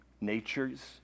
natures